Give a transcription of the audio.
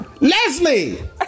Leslie